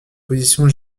positions